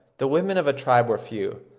the women of a tribe were few,